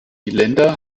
länder